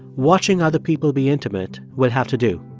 watching other people be intimate will have to do.